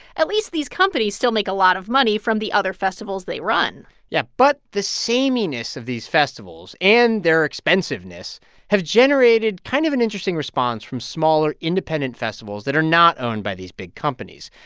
at least these companies still make a lot of money from the other festivals they run yeah, but the sameyness of these festivals and their expensiveness have generated kind of an interesting response from smaller, independent festivals that are not owned by these big companies.